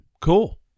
Cool